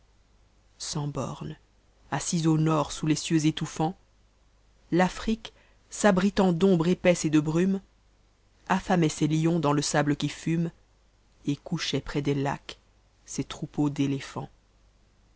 sans borne assise au nord sous les cieux étounants l'afrique s'abritant d'ombre épaisse et de brume allamalt ses lions dans le sable qui fume et couchait près des lacs ses troupeaux d'éléphahts